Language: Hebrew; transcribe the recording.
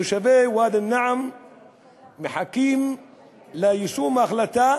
תושבי ואדי-אלנעם מחכים ליישום ההחלטה